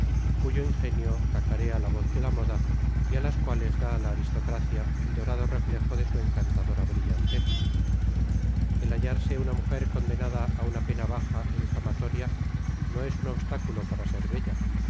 cuyo ingenio cacarea la voz de la moda y á las cuales da la aristocracia el dorado reflejo de su encantadora brillantez el bailarse una mujer condenada á una pena baja ó infamatoria no es un obstáculo para ser bella